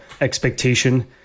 expectation